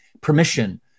permission